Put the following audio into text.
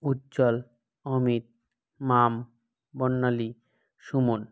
Ujjwal Amit Mam Barnali Suman